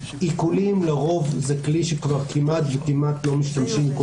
עיקולים לרוב זה כלי שכבר כמעט לא משתמשים בו,